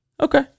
Okay